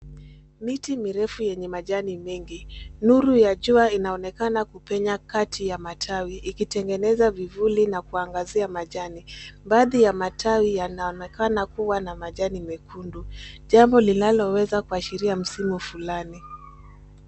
Miti mirefu yenye majani mengi. Nuru ya jua inaonekana kupenya kati ya matawi ikitengeneza vivuli na kuangazia majani. Baadhi ya matawi yanaonekana kuwa na majani mekundu, jambo linaloweza kuashiria msimu fulani.